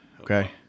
Okay